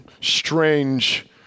strange